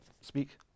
speak